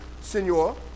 senor